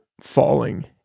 falling